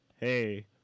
Hey